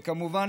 וכמובן,